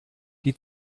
die